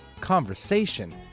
conversation